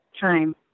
time